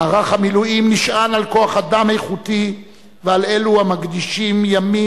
מערך המילואים נשען על כוח-אדם איכותי ועל אלו המקדישים ימים